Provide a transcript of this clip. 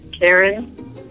Karen